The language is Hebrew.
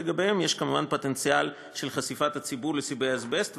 שלגביהם יש כמובן פוטנציאל של חשיפת הציבור לסיבי אזבסט.